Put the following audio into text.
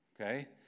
okay